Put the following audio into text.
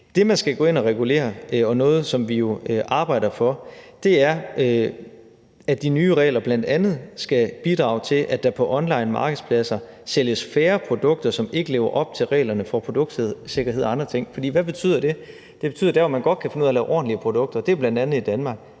Det, man skal gå ind at regulere – noget, som vi jo arbejder for – er, at de nye regler bl.a. skal bidrage til, at der på onlinemarkedspladser sælges færre produkter, som ikke lever op til reglerne for produktsikkerhed og andre ting, for hvad betyder det? Det betyder, at dér, hvor man godt kan finde ud af at lave ordentlige produkter, og det er bl.a. i Danmark,